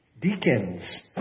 Deacons